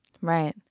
Right